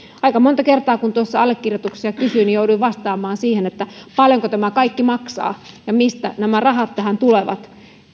aika monta kertaa kun tuossa allekirjoituksia kysyin niin jouduin vastaamaan siihen että paljonko tämä kaikki maksaa ja mistä nämä rahat tähän tulevat